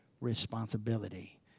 responsibility